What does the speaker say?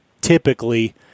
typically